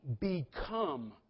become